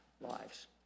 lives